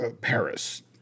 Paris